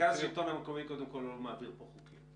מרכז השלטון המקומי קודם כול לא מעביר פה חוקים.